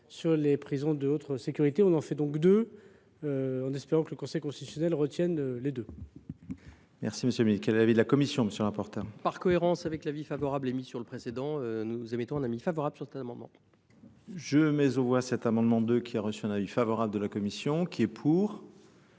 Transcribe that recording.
sur les prisons de haute sécurité. On en fait donc deux, en espérant que le Conseil constitutionnel retienne les deux. Merci Monsieur le Ministre. Quelle est l'avis de la Commission Monsieur Laporta ? Par Par cohérence avec l'avis favorable émis sur le précédent, nous émettons un avis favorable sur cet amendement. Je mets au voie cet amendement 2 qui a reçu un avis favorable de la Commission, qui est pour,